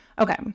Okay